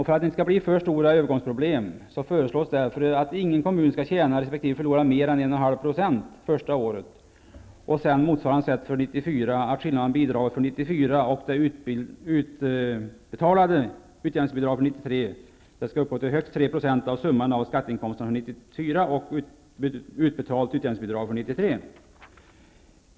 För att det inte skall bli för stora övergångsproblem föreslås därför att ingen kommun skall tjäna resp. förlora mer än 1,5 % det första året. På motsvarande sätt får för år 1994 skillnaden mellan bidraget för 1994 och det utbetalade utjämningsbidraget år 1993 uppgå till högst 3 % av summan av skatteinkomsterna för 1994 och utbetalt utjämningsbidrag för 1993.